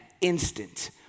instant